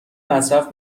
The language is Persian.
مصرف